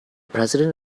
president